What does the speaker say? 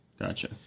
Gotcha